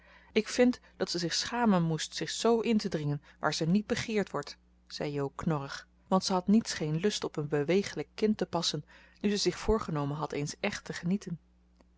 ik vind dat ze zich schamen moest zich zoo in te dringen waar ze niet begeerd wordt zei jo knorrig want ze had niets geen lust op een beweeglijk kind te passen nu ze zich voorgenomen had eens echt te genieten